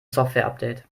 softwareupdate